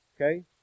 okay